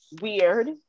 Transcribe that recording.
weird